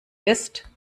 ist